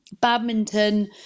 Badminton